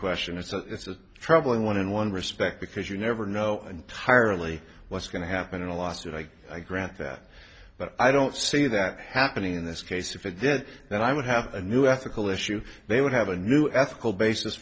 question it's a troubling one in one respect because you never know entirely what's going to happen in a lawsuit like i grant that but i don't see that happening in this case if it did then i would have a new ethical issue they would have a new ethical basis